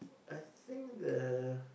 I think the